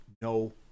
no